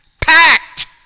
packed